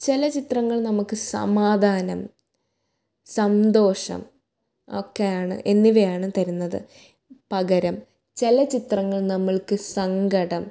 ചില ചിത്രങ്ങൾ നമുക്ക് സമാധാനം സന്തോഷം ഒക്കെയാണ് എന്നിവയാണ് തരുന്നത് പകരം ചില ചിത്രങ്ങൾ നമ്മൾക്ക് സങ്കടം